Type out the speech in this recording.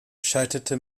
scheiterte